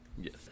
yes